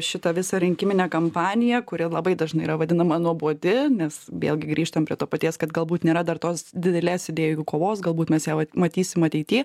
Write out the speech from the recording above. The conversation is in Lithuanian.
šitą visą rinkiminę kampaniją kuri labai dažnai yra vadinama nuobodi nes vėlgi grįžtam prie to paties kad galbūt nėra dar tos didelės idėjų kovos galbūt mes ją matysim ateity